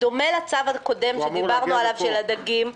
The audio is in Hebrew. בדומה לצו הקודם שדיברנו עליו על הדגים,